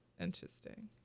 Interesting